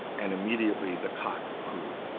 and immediately the cock crew.